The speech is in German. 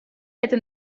hätte